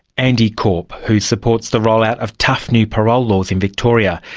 andy corp, who supports the rollout of tough new parole laws in victoria.